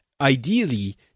ideally